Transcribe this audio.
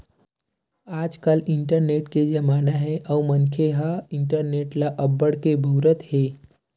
आजकाल इंटरनेट के जमाना हे अउ मनखे ह इंटरनेट ल अब्बड़ के बउरत हे